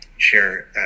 share